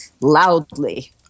loudly